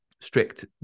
strict